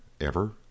Ever